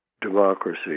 democracy